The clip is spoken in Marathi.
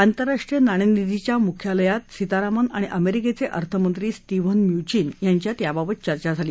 आंतरराष्ट्रीय नाणेनिधीच्या मुख्यालयात सीतारामन आणि अमेरिकेचे अर्थमंत्री स्टीव्हन म्युचीन यांच्यात याबाबत चर्चा झाली